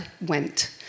went